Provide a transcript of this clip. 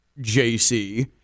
JC